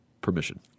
permission